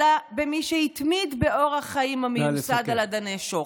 אלא במי שהתמיד באורח חיים המיוסד על אדני שוחד".